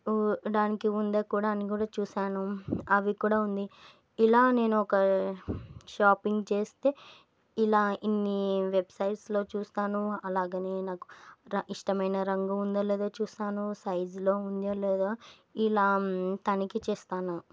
దానికి ఉందా కూడా అని కూడా చూశాను అవి కూడా ఉంది ఇలా నేను ఒక షాపింగ్ చేస్తే ఇలా ఇన్ని వెబ్సైట్స్లో చూస్తాను అలాగే నాకు ఇష్టమైన రంగు ఉందో లేదో చూస్తాను సైజులో ఉందో లేదో ఇలా తనిఖీ చేస్తాను